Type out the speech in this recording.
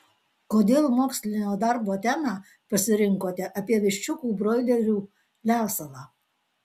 kodėl mokslinio darbo temą pasirinkote apie viščiukų broilerių lesalą